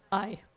aye.